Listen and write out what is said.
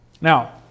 Now